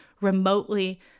remotely